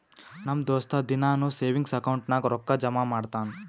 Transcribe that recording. ನಮ್ ದೋಸ್ತ ದಿನಾನೂ ಸೇವಿಂಗ್ಸ್ ಅಕೌಂಟ್ ನಾಗ್ ರೊಕ್ಕಾ ಜಮಾ ಮಾಡ್ತಾನ